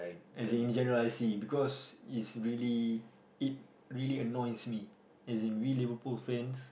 as in in general I see because is really it really annoys me as in really we're cool fans